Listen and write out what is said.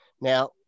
Now